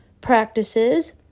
practices